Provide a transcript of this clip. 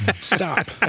Stop